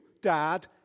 dad